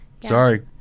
Sorry